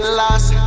lost